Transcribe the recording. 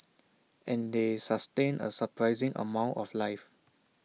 and they sustain A surprising amount of life